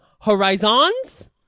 horizons